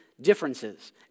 differences